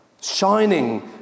Shining